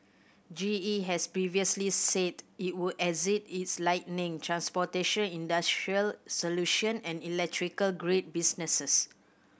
G E has previously said it would exit its lighting transportation industrial solution and electrical grid businesses